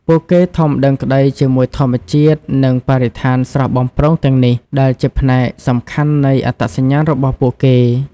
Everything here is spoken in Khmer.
ពួកគេធំដឹងក្តីជាមួយធម្មជាតិ និងបរិស្ថានស្រស់បំព្រងទាំងនេះ ដែលជាផ្នែកសំខាន់នៃអត្តសញ្ញាណរបស់ពួកគេ។